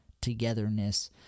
togetherness